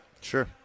Sure